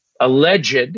alleged